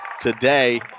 today